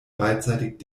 beidseitig